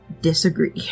disagree